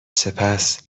سپس